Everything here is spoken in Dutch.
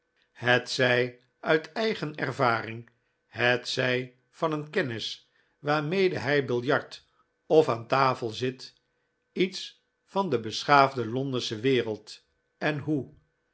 hetzij uit eigen ervaring hetzij van een kennis waarmede hij biljart of aan tafel zit iets van de beschaafde londensche wereld en hoe